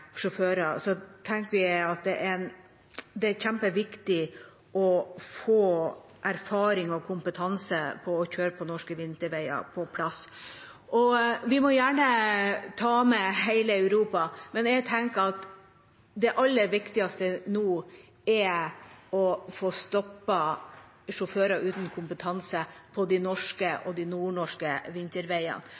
sjåfører, tenker vi at det er kjempeviktig å få på plass erfaring og kompetanse i det å kjøre på norske vinterveier. Vi må gjerne ta med hele Europa, men jeg tenker at det aller viktigste nå er å få stoppet sjåfører uten kompetanse på de norske – og de nordnorske – vinterveiene.